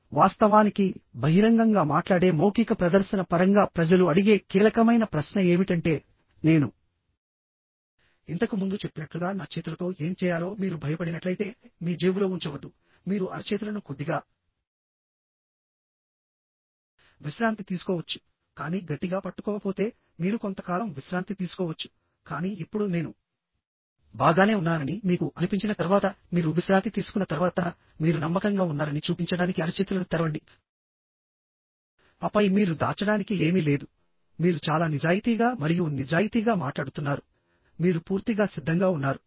వాస్తవానికిబహిరంగంగా మాట్లాడే మౌఖిక ప్రదర్శన పరంగా ప్రజలు అడిగే కీలకమైన ప్రశ్న ఏమిటంటేనేను ఇంతకు ముందు చెప్పినట్లుగా నా చేతులతో ఏమి చేయాలోమీరు భయపడినట్లయితే మీ జేబులో ఉంచవద్దు మీరు అరచేతులను కొద్దిగా విశ్రాంతి తీసుకోవచ్చుకానీ గట్టిగా పట్టుకోకపోతే మీరు కొంతకాలం విశ్రాంతి తీసుకోవచ్చు కానీ ఇప్పుడు నేను బాగానే ఉన్నానని మీకు అనిపించిన తర్వాత మీరు విశ్రాంతి తీసుకున్న తర్వాత మీరు నమ్మకంగా ఉన్నారని చూపించడానికి అరచేతులను తెరవండిఆపై మీరు దాచడానికి ఏమీ లేదుమీరు చాలా నిజాయితీగా మరియు నిజాయితీగా మాట్లాడుతున్నారు మీరు పూర్తిగా సిద్ధంగా ఉన్నారు